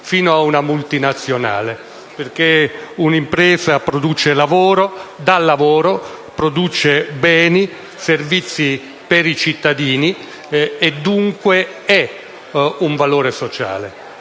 fino ad una multinazionale, perché un'impresa dà lavoro, produce beni e servizi per i cittadini e dunque ha un valore sociale.